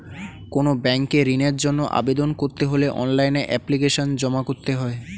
কোনো ব্যাংকে ঋণের জন্য আবেদন করতে হলে অনলাইনে এপ্লিকেশন জমা করতে হয়